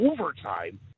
overtime